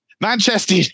Manchester